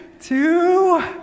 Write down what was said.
two